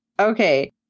okay